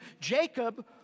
Jacob